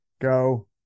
go